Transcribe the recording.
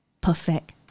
perfect